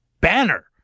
banner